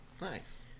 Nice